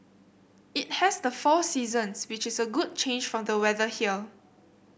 it has the four seasons which is a good change from the weather here